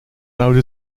oude